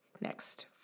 next